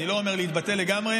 אני לא אומר להתבטל לגמרי,